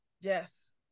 Yes